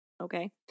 Okay